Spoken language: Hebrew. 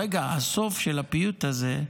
רגע, הסוף של הפיוט הזה,